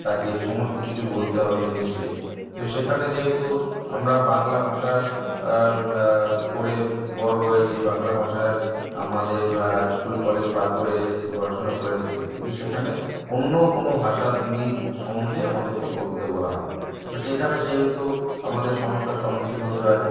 তাকে সমস্ত কিছু বলতে হবে ইংলিশে তো সেখানে যেহেতু আমরা বাংলা ভাষার পড়ে বড় হয়েছি বাংলা ভাষায় আমাদের স্কুল কলেজ পার করে এসেছি পড়াশুনো করে এসেছি কিন্তু সেখানে অন্য কোনো ভাষার সম্বন্ধে আমাদেরকে বলতে বলা হয় তো সেইখানে সেহেতু আমাদের সমস্যার সম্মুখীন হতে হয়